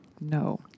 No